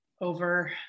over